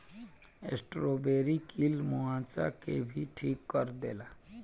strawberry कील मुंहासा के भी ठीक कर देला